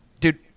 dude